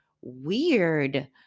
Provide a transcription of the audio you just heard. weird